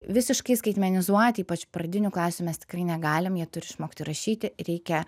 visiškai skaitmenizuoti ypač pradinių klasių mes tikrai negalim jie turi išmokti rašyti reikia